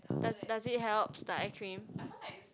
does does it helps the eye cream